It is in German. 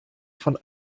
von